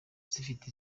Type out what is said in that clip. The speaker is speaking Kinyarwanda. zifite